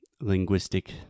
linguistic